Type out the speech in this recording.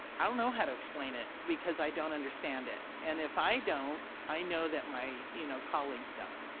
i don't know how to explain it because i don't understand it and if i don't i know that my, you know, colleagues don't.